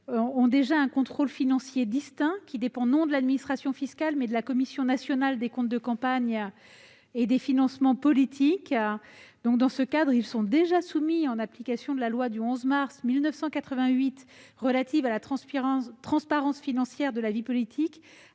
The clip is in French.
soumis à un contrôle financier distinct qui dépend, non de l'administration fiscale, mais de la Commission nationale des comptes de campagne et des financements politiques (CNCCFP). À ce titre, ils sont déjà soumis, en application de la loi du 11 mars 1988 relative à la transparence financière de la vie politique,